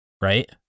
Right